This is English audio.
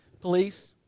Police